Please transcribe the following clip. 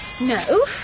No